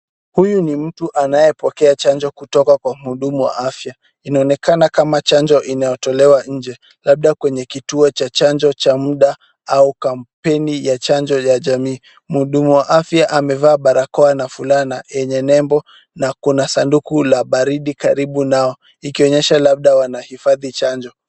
Huyu ni mtu anayepokea chanjo kutoka kwa muhudumu wa afya .Inaonekana kama chanjo inayotolewa nje labda kwenye kituo cha chanjo cha muda au kampeni ya chanjo ya jamii .Muhudumu wa afya amevaa barakoa na fulana yenye nembo na kuna sanduku la baridi karibu nao ,ikionyesha labda wanahifadhi chanjo.